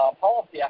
policy